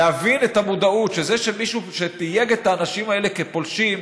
להביא את המודעות שזה שמישהו תייג את האנשים האלה כפולשים,